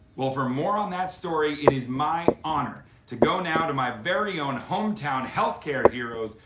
well, for more on that story, it is my honor to go now to my very own hometown healthcare heroes,